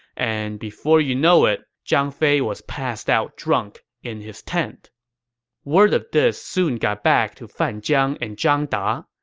and before you know it, zhang fei was passed out drunk in his tent word of this soon got back to fan jiang and zhang da.